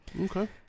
Okay